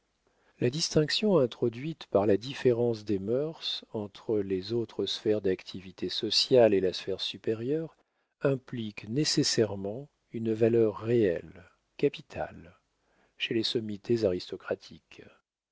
la distinction introduite par la différence des mœurs entre les autres sphères d'activité sociale et la sphère supérieure implique nécessairement une valeur réelle capitale chez les sommités aristocratiques